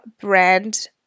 brand